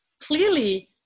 clearly